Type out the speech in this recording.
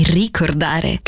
ricordare